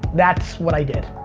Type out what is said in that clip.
that's what i did.